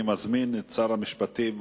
אני מזמין את שר המשפטים,